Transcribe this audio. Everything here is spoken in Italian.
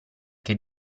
che